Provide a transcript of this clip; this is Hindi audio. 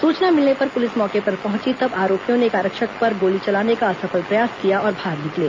सूचना मिलने पर पुलिस मौके पर पहुंची तब आरोपियों ने एक आरक्षक पर गोली चलाने का असफल प्रयास किया और भाग निकले